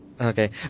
Okay